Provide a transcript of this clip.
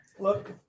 Look